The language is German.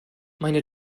meine